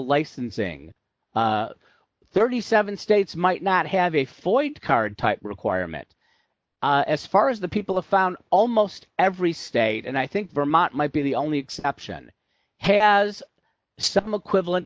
licensing thirty seven states might not have a ford card type requirement as far as the people have found almost every state and i think vermont might be the only exception has some equivalent